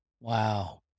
Wow